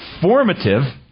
formative